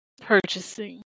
purchasing